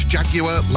Jaguar